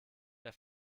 der